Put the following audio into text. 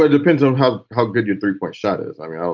ah depends on how how good your three point shot is. i mean,